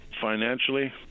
financially